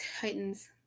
Titans